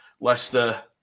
Leicester